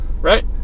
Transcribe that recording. Right